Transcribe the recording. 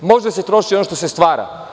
Može da se troši ono što se stvara.